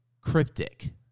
cryptic